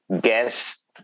guest